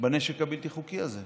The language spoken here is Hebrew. בנשק הבלתי-חוקי הזה,